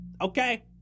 okay